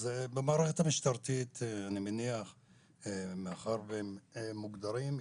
במערכת המשטרתית, מאחר והם מוגדרים,